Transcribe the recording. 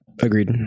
agreed